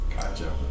Gotcha